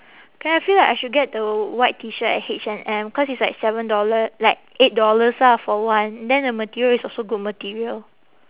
then I feel like I should get the white T shirt at H&M cause it's like seven dollar like eight dollars ah for one then the material is also good material